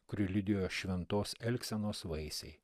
kurį liudijo šventos elgsenos vaisiai